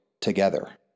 Together